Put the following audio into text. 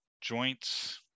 joints